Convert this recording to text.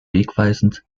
wegweisend